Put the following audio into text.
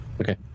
Okay